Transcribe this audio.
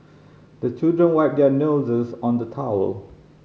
the children wipe their noses on the towel